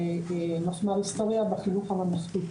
מפמ"ר היסטוריה בחינוך הממלכתי.